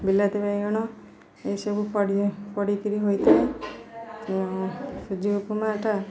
ବିଲାତି ବାଇଗଣ ଏସବୁ ପଡ଼ି ପଡ଼ି କରି ହୋଇଥାଏ ସୁଜି ଉପମାଟା